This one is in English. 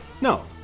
No